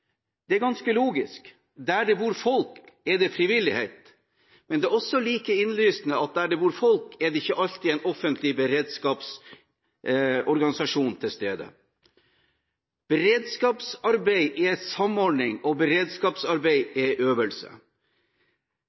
Det er ganske logisk. Der det bor folk, er det frivillighet. Men det er også like innlysende at der det bor folk, er det ikke alltid en offentlig beredskapsorganisasjon til stede. Beredskapsarbeid er samordning, og beredskapsarbeid er øvelse.